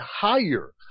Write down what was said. higher